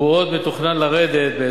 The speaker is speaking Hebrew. ועוד מתוכנן להוריד אותו,